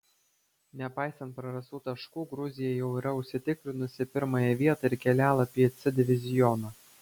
nepaisant prarastų taškų gruzija jau yra užsitikrinusi pirmąją vietą ir kelialapį į c divizioną